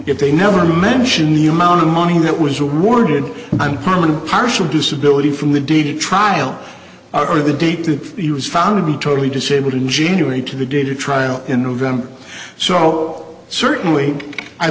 it they never mention the amount of money that was awarded i'm permanent partial disability from the d d trial or the date that he was found to be totally disabled ingeniously to the data trial in november so certainly i